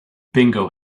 bingo